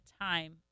time